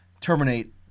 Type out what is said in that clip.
terminate